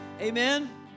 Amen